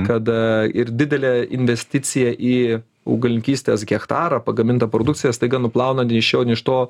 kada ir didelė investicija į augalininkystės hektarą pagamintą produkciją staiga nuplauna nei iš šio nei iš to